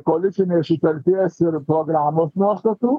koalicinės sutarties ir programos nuostatų